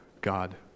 God